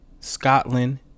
Scotland